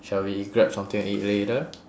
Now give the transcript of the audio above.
shall we grab something and eat later